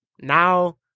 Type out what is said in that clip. now